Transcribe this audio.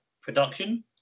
production